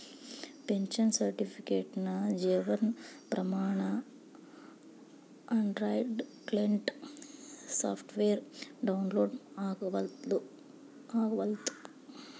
pension ಸರ್ಟಿಫಿಕೇಟ್ಗೆ Jeevan Pramaan Android client software download ಆಗವಲ್ತು